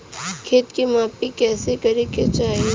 खेत के माफ़ी कईसे करें के चाही?